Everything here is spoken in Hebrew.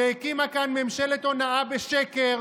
שהקימה כאן ממשלת הונאה בשקר.